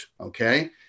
Okay